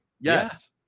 Yes